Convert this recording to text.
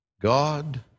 God